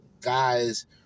guys